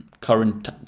current